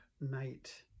night